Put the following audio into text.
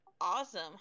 Awesome